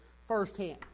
firsthand